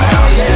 House